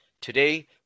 Today